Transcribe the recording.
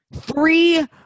Three